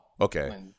Okay